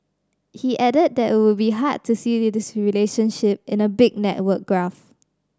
he added that it would be hard to see this relationship in a big network graph